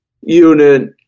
unit